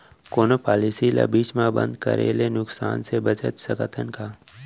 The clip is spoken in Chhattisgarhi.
कोनो पॉलिसी ला बीच मा बंद करे ले नुकसान से बचत सकत हन का?